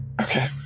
Okay